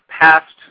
past